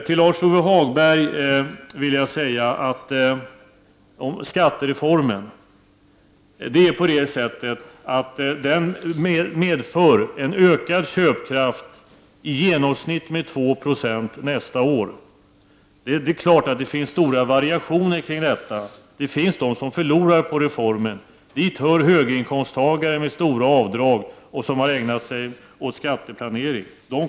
Till Lars-Ove Hagberg vill jag säga att skattereformen medför en ökad köpkraft med i genomsnitt 2 70 nästa år. Det är klart att det finns stora variationer. Det finns de som förlorar på reformen, och dit hör höginkomsttagare med stora avdrag och som har ägnat sig åt skatteplanering.